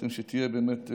שדאגתם שתהיה, באמת,